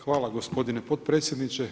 Hvala gospodine potpredsjedniče.